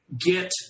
get